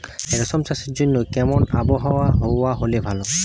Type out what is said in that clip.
রেশম চাষের জন্য কেমন আবহাওয়া হাওয়া হলে ভালো?